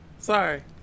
Sorry